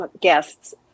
guests